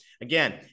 Again